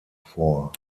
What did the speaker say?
vor